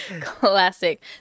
Classic